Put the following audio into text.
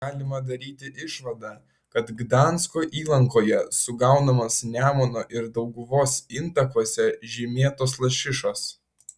galima daryti išvadą kad gdansko įlankoje sugaunamos nemuno ir dauguvos intakuose žymėtos lašišos